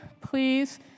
please